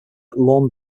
lawn